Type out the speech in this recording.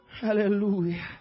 Hallelujah